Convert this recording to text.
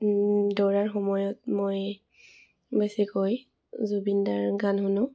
দৌৰাৰ সময়ত মই বেছিকৈ জুবিনদাৰ গান শুনো